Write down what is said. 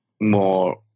more